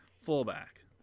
fullback